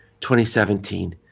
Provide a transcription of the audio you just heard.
2017